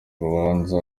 urubanza